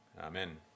Amen